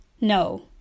No